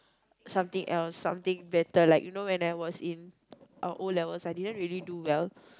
something else something better like you know when I was in O-levels I didn't really do well